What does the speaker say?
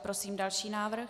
Prosím další návrh.